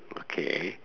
okay